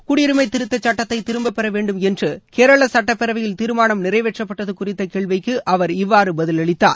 குடியுரினம திருத்தச் சுட்டத்தை திரும்பப்பெற வேண்டும் என்று கேரள சுட்டப்பேரவையில் தீர்மானம் நிறைவேற்றப்பட்டது குறித்த கேள்விக்கு அவர் இவ்வாறு பதிலளித்தார்